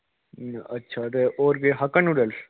अच्छा होर केह् हा हाका नूडल्स